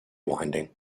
winding